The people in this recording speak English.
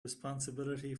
responsibility